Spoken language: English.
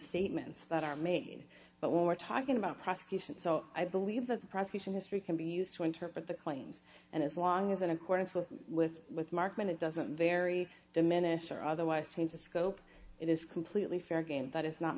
statements that are made but we're talking about prosecution so i believe that the prosecution history can be used to interpret the claims and as long as in accordance with with with markman it doesn't vary diminish or otherwise change the scope it is completely fair game that is not